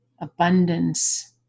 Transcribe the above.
abundance